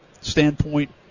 standpoint